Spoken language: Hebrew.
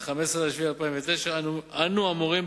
ב-15 ביולי 2009 אנו אמורים,